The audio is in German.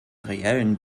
reellen